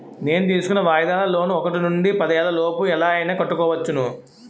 నేను తీసుకున్న వాయిదాల లోన్ ఒకటి నుండి పదేళ్ళ లోపు ఎలా అయినా కట్టుకోవచ్చును